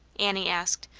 annie asked,